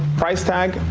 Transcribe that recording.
price tag,